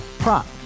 Prop